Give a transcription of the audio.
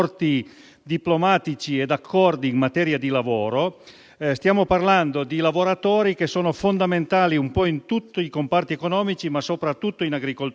diplomatici e accordi in materia di lavoro; stiamo parlando di lavoratori che sono fondamentali un po' in tutti i comparti economici, ma soprattutto in agricoltura.